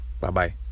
Bye-bye